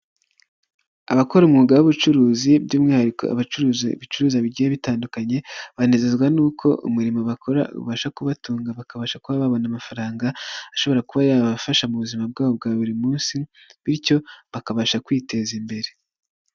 Abakora umwuga w'ubucuruzi by'umwihariko abacuruza ibicuruza bigiye bitandukanye, banezezwa n'uko umurimo bakora ubasha kubatunga bakabasha kuba babona amafaranga ashobora kuba yabafasha mu buzima bwabo bwa buri munsi, bityo bakabasha kwiteza imbere.